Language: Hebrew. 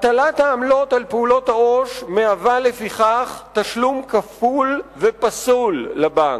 הטלת העמלות על פעולות העו"ש מהווה לפיכך תשלום כפול ופסול לבנק.